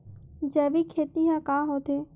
जैविक खेती ह का होथे?